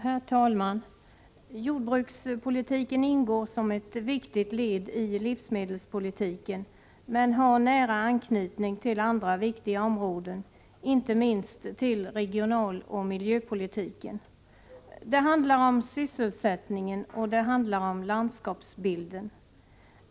Herr talman! Jordbrukspolitiken ingår som ett viktigt led i livsmedelspolitiken, men har nära anknytning till andra viktiga områden, inte minst till regionaloch miljöpolitiken. Det handlar om sysselsättningen, och det handlar om landskapsbilden.